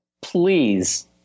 please